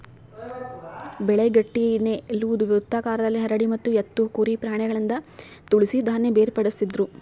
ಬೆಳೆ ಗಟ್ಟಿನೆಲುದ್ ವೃತ್ತಾಕಾರದಲ್ಲಿ ಹರಡಿ ಎತ್ತು ಕುರಿ ಪ್ರಾಣಿಗಳಿಂದ ತುಳಿಸಿ ಧಾನ್ಯ ಬೇರ್ಪಡಿಸ್ತಿದ್ರು